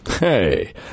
Hey